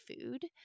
food